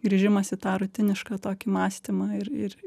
grįžimas į tą rutinišką tokį mąstymą ir ir